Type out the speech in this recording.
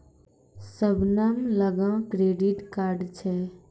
शबनम लगां credit card छै